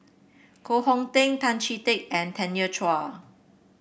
Koh Hong Teng Tan Chee Teck and Tanya Chua